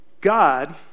God